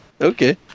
Okay